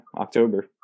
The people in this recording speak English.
October